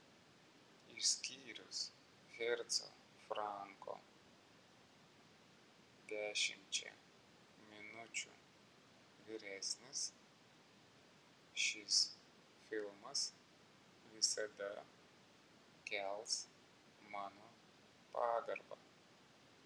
išskyrus herco franko dešimčia minučių vyresnis šis filmas visada kels mano pagarbą